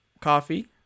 coffee